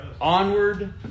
Onward